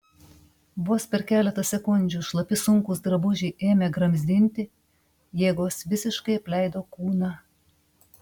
vos per keletą sekundžių šlapi sunkūs drabužiai ėmė gramzdinti jėgos visiškai apleido kūną